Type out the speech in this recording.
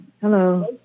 Hello